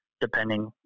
depending